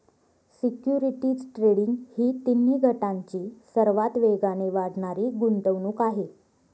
securities trading ही तिन्ही गटांची सर्वात वेगाने वाढणारी गुंतवणूक आहे